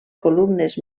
columnes